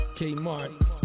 Kmart